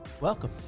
Welcome